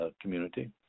community